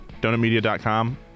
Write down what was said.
DonutMedia.com